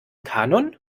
kanon